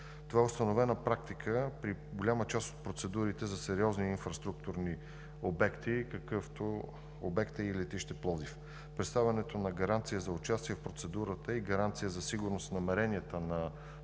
Това е установена практика при голяма част от процедурите за сериозни инфраструктурни обекти, какъвто обект е и летище Пловдив. Представянето на гаранция за участие в процедурата е гаранция за сигурност в намеренията на